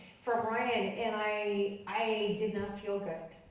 from ryan, and i i did not feel good.